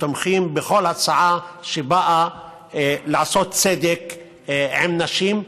שתומכים בכל הצעה שבאה לעשות צדק עם נשים,